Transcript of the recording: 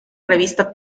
revista